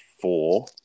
four